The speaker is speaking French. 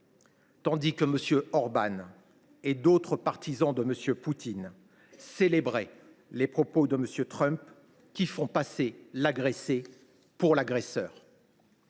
tandis que M. Orban et d’autres partisans de M. Poutine célébraient les propos par lesquels M. Trump faisait passer l’agressé pour l’agresseur.